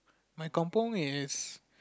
my Kampung is